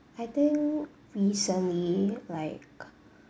I think recently like